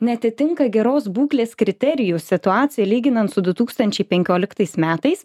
neatitinka geros būklės kriterijų situacija lyginant su du tūkstančiai penkioliktais metais